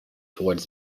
towards